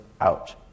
out